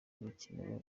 bikenewe